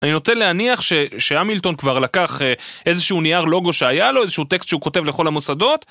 אני נוטה להניח שהמילטון כבר לקח איזה שהוא נייר לוגו שהיה לו, איזה שהוא טקסט שהוא כותב לכל המוסדות